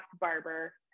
Barber